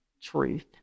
truth